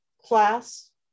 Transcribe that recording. class